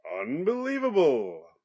unbelievable